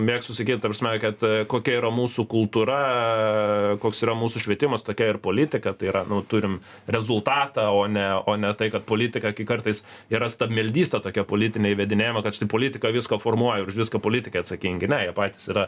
mėgstu sakyt ta prasme kad kokia yra mūsų kultūra koks yra mūsų švietimas tokia ir politika tai yra nu turim rezultatą o ne o ne tai kad politika kartais yra stabmeldystė tokia politinė įvedinėjama kad štai politika viską formuoja ir už viską politikai atsakingi ne jie patys yra